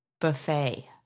buffet